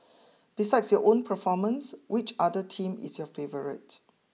besides your own performance which other team is your favourite